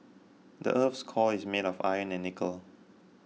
the earth's core is made of iron and nickel